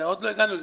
עוד לא הגענו לזה.